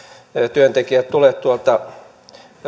työntekijät tule tuolta